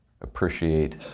appreciate